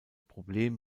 problem